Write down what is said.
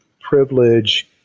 privilege